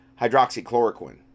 hydroxychloroquine